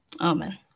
Amen